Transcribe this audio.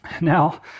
Now